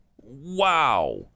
Wow